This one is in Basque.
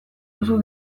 duzu